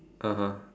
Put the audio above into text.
(uh huh)